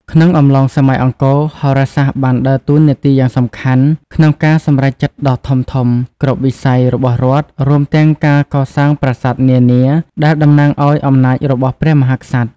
ក្នុងអំឡុងសម័យអង្គរ ហោរាសាស្ត្របានដើរតួនាទីយ៉ាងសំខាន់ក្នុងការសម្រេចចិត្តដ៏ធំៗគ្រប់វិស័យរបស់រដ្ឋ រួមទាំងការកសាងប្រាសាទនានាដែលតំណាងឲ្យអំណាចរបស់ព្រះមហាក្សត្រ។